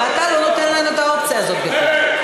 ואתה לא נותן לנו את האופציה הזאת בכלל.